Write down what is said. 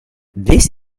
this